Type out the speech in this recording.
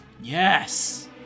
Yes